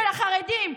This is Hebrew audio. של החרדים,